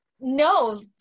No